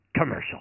Commercial